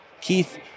Keith